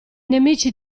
nemici